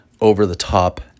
over-the-top